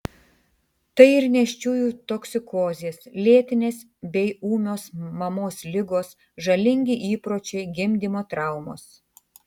tai ir nėščiųjų toksikozės lėtinės bei ūmios mamos ligos žalingi įpročiai gimdymo traumos